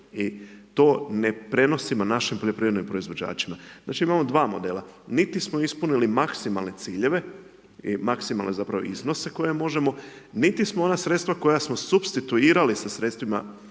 I to ne prenosi našim poljoprivrednim proizvođačima. Znači imamo 2 modela, niti smo ispunili maksimalne ciljeve, i maksimalne zapravo iznose, koje možemo niti smo ona sredstva koja smo supstituirali sa sredstvima